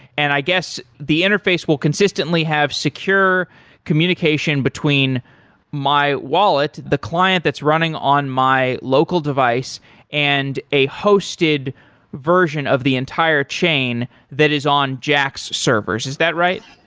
and i guess, the interface will consistently have secure communication between my wallet, the client that's running on my local device and a hosted version of the entire chain that is on jaxx servers, is that right?